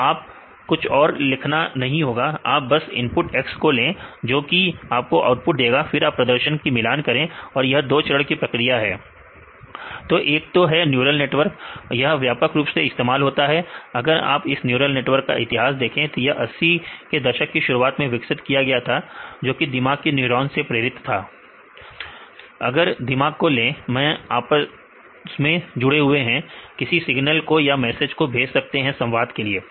तो अब कुछ और लिखना नहीं होगा आप बस इनपुट X खोलें जो कि आपको आउटपुट देगा फिर आप प्रदर्शन का मिलान करें और यह दो चरण की प्रक्रिया है मोहरा तो एक है न्यूरल नेटवर्क और यह व्यापक रूप से इस्तेमाल होता है अगर आप इस न्यूरल नेटवर्क का इतिहास देखें तो यह 80 के दशक की शुरुआत में विकसित किया गया था जोकि दिमाग अगर दिमाग में लोगों में आपस में जुड़े हुए हैं किसी सिग्नल को या मैसेज को भेज सकते हैं संवाद के लिए